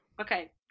Okay